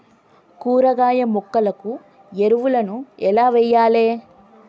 కూరగాయ మొక్కలకు ఎరువులను ఎలా వెయ్యాలే?